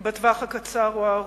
בטווח הקצר או הארוך.